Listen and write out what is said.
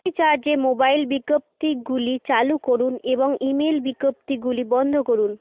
ফ্রিচার্জে mobile বিজ্ঞপ্তিগুলি চালু করুন এবং ইমেল বিজ্ঞপ্তিগুলি বন্ধ করুন